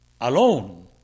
alone